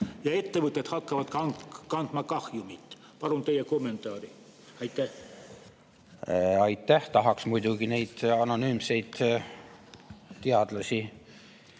ja ettevõtted hakkavad kandma kahjumit. Palun teie kommentaari sellele. Aitäh! Tahaksin muidugi neid anonüümseid teadlasi